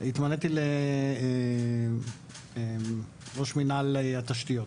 התמניתי לראש מינהל התשתיות.